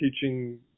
teaching